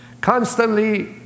Constantly